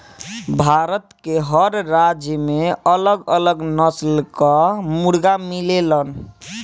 भारत के हर राज्य में अलग अलग नस्ल कअ मुर्गा मिलेलन